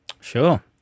Sure